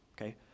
okay